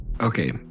Okay